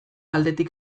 aldetik